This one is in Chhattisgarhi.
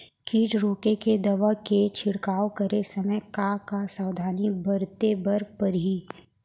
किट रोके के दवा के छिड़काव करे समय, का का सावधानी बरते बर परही?